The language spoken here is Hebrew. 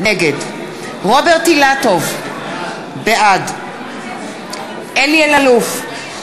נגד רוברט אילטוב, בעד אלי אלאלוף,